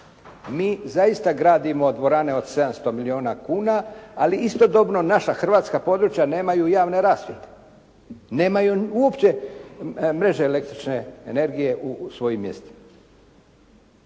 Mi zaista gradimo dvorane od 700 milijuna kuna, ali istodobno naša hrvatska područja nemaju javne rasvjete, nemaju uopće mreže električne energije u svojim mjestima.